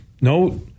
No